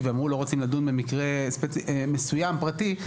ואמרו לא רוצים לדון במקרה מסוים פרטי,